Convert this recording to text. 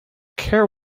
care